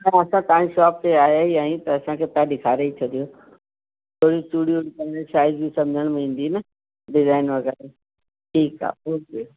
हा त तव्हांजी शॉप ते आया ई आहियूं त असांखे तव्हां ॾेखारे ई छॾियो थोरियूं चूड़ियूं कंगन छा आहे ईअं ई सम्झ में ईंदी न डिज़ाईन वगै़रह ठीकु आहे ओके